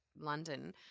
London